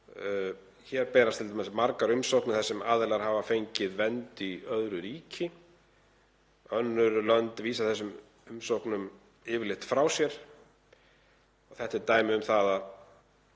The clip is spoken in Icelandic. berast t.d. margar umsóknir þar sem aðilar hafa fengið vernd í öðru ríki. Önnur lönd vísa þessum umsóknum yfirleitt frá sér. Þetta er dæmi um það að